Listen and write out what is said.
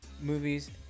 movies